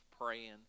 praying